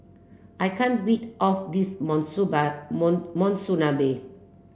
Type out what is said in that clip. I can't beat of this Monsuba Mon Monsunabe